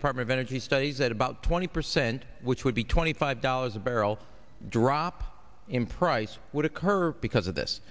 department of energy studies that about twenty percent which would be twenty five dollars a barrel drop in price would occur because of this